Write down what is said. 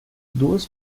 duas